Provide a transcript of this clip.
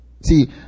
See